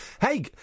Hey